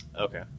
okay